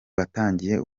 batangiye